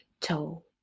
toe